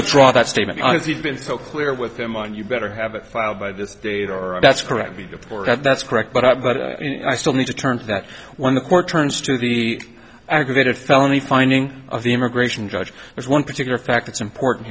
withdraw that statement as he's been so clear with him on you better have it filed by this date or that's correct the poor that's correct but i but i still need to turn to that one the court turns to the aggravated felony finding of the immigration judge there's one particular fact it's important